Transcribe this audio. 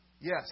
Yes